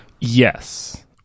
Yes